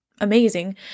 amazing